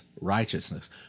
righteousness